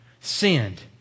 sinned